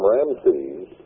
Ramses